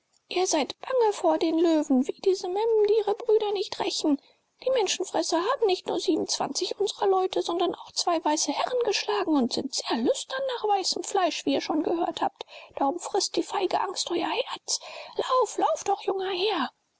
ihr seid bange vor den löwen wie diese memmen die ihre brüder nicht rächen die menschenfresser haben nicht nur unsrer leute sondern auch zwei weiße herren geschlagen und sind sehr lüstern nach weißem fleisch wie ihr schon gehört habt darum frißt die feige angst euer herz lauf lauf doch junger herr